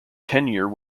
tenure